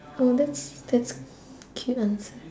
oh that's that's cute answer